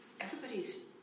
Everybody's